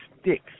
sticks